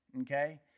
okay